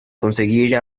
conseguir